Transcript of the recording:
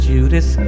Judas